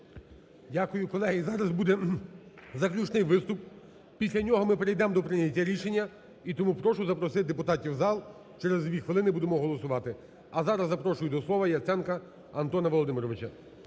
Дякую. Колеги, зараз буде заключний виступ, після нього ми перейдемо до прийняття рішення. І тому прошу запросити депутатів в зал. Через дві хвилини будемо голосувати. А зараз запрошую до слова Яценка Антона Володимировича.